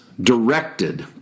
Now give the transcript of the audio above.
directed